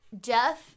Jeff